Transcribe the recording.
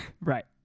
Right